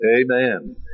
Amen